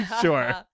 Sure